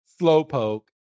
Slowpoke